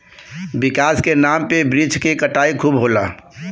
विकास के नाम पे वृक्ष के कटाई खूब होला